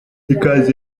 ikanzu